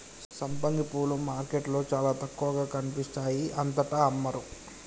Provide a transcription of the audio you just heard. సంపంగి పూలు మార్కెట్లో చాల తక్కువగా కనిపిస్తాయి అంతటా అమ్మరు